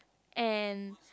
and